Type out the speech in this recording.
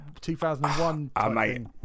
2001